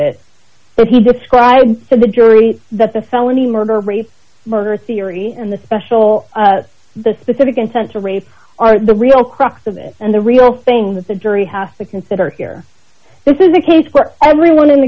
it but he describes to the jury that the felony murder rape murder theory and the special the specific intent to rape are the real crux of it and the real thing that the jury has to consider here this is a case where everyone in the